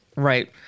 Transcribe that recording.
Right